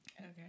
Okay